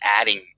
adding